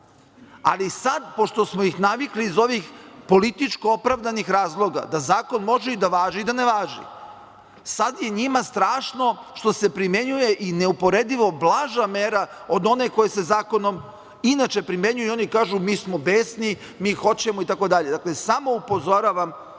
ali sada pošto smo ih navikli iz ovih političko opravdanih razloga da zakon može i da važi i da ne važi. Sada je njima strašno što se primenjuje i neuporedivo blaža mera od one koja se zakonom inače primenjuje i oni kažu mi smo besni, mi hoćemo itd. Dakle, samo upozoravam